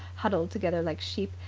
huddled together like sheep,